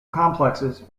complexes